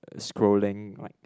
scrolling my